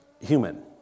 human